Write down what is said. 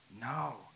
No